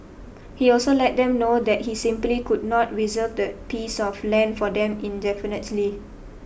he also let them know that he simply could not reserve that piece of land for them indefinitely